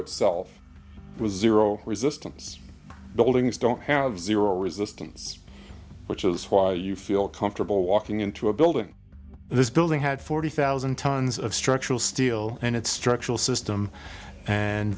itself was zero resistance buildings don't have zero resistance which is why you feel comfortable walking into a building this building had forty thousand tons of structural steel and its structural system and